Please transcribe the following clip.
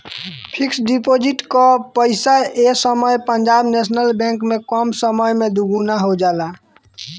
fix deposit कअ पईसा ए समय पंजाब नेशनल बैंक में कम समय में दुगुना हो जाला